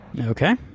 Okay